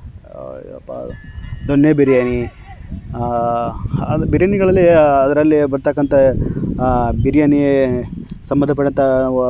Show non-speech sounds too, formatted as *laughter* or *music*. *unintelligible* ದೊನ್ನೆ ಬಿರಿಯಾನಿ ಅಂದ್ರೆ ಬಿರಿಯಾನಿಗಳಲ್ಲಿ ಅದರಲ್ಲಿ ಬರ್ತಕ್ಕಂಥ ಬಿರಿಯಾನಿ ಸಂಬಂಧಪಟ್ಟಂಥ ವ